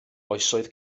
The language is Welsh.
oesoedd